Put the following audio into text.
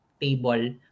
table